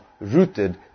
rooted